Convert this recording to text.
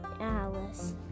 Alice